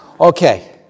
Okay